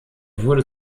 wurde